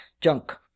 Junk